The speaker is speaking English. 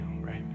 right